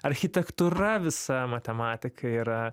architektūra visa matematika yra